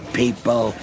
people